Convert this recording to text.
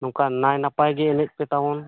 ᱱᱚᱝᱠᱟ ᱱᱟᱭ ᱱᱟᱯᱟᱭ ᱜᱮ ᱮᱱᱮᱡ ᱯᱮ ᱛᱟᱵᱚᱱ